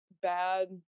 bad